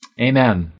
Amen